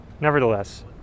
Nevertheless